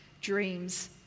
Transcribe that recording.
dreams